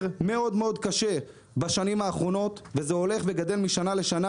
מאוד מאוד קשה בשנים האחרונות וזה הולך וגדל משנה לשנה